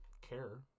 care